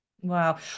wow